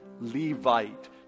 Levite